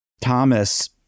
Thomas